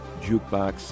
jukebox